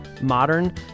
Modern